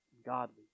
Godly